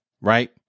right